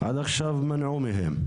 עד עכשיו מנעו מהם,